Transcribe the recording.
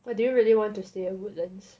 but do you really want to stay at woodlands